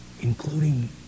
including